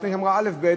לפני שאמרה אלף-בית,